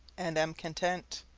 and am content.